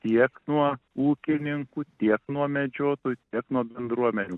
tiek nuo ūkininkų tiek nuo medžiotojų tiek nuo bendruomenių